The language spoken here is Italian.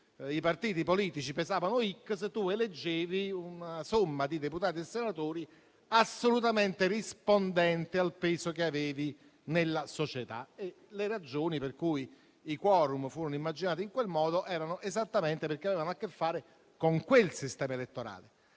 I partiti politici pesavano x e si eleggeva una somma di deputati e senatori assolutamente rispondente al peso che avevano nella società. Le ragioni per cui i *quorum* furono immaginati in quel modo erano esattamente perché si aveva a che fare con quel sistema elettorale.